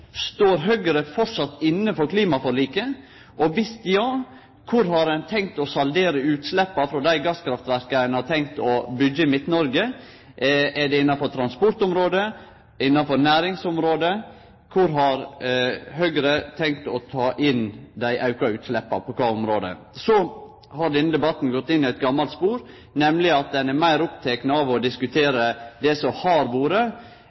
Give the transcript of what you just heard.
Står Høgre framleis inne for klimaforliket? Viss ja, kor har ein tenkt å saldere utsleppa frå dei gasskraftverka ein har tenkt å byggje i Midt-Noreg? Er det innafor transportområdet? Er det innafor næringsområdet? Kor har Høgre tenkt å ta inn dei auka utsleppa, på kva område? Så har denne debatten gått inn i eit gamalt spor, nemleg at ein er meir oppteken av å diskutere det som har vore,